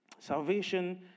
Salvation